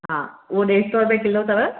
हा हू ॾेढ़ सौ रुपये किलो अथव